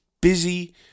busy